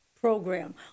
program